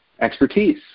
expertise